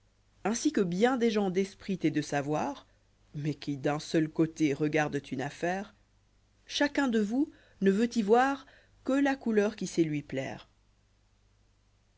ainsi que bien des gens d'esprit et de savoir mais qui d'un seul côté regardent une affaire chacun de vous ne veut y voir que la couleur qui sait lui plaire